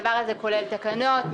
הדבר הזה כולל תקנות,